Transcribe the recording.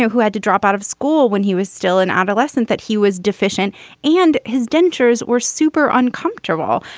who had to drop out of school when he was still an adolescent, that he was deficient and his dentures were super uncomfortable.